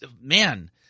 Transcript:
man